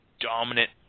dominant